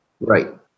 Right